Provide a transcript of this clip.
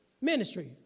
ministry